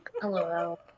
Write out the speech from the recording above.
Hello